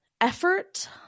Effort